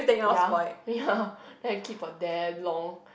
ya ya then keep for damn long